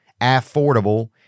affordable